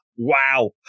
Wow